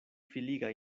filiga